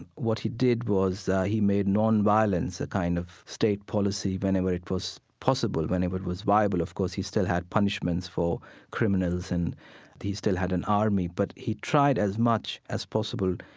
and what he did was he made nonviolence a kind of state policy whenever it was possible, whenever it was viable. of course, he still had punishments for criminals, and he still had an army. but he tried, as much as possible,